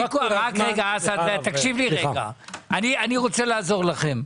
אסעד, אני רוצה לעזור לכם,